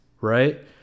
right